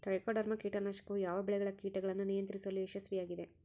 Trichoderma ಕೇಟನಾಶಕವು ಯಾವ ಬೆಳೆಗಳ ಕೇಟಗಳನ್ನು ನಿಯಂತ್ರಿಸುವಲ್ಲಿ ಯಶಸ್ವಿಯಾಗಿದೆ?